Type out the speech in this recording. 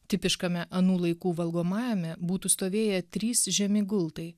tipiškame anų laikų valgomajame būtų stovėję trys žemi gultai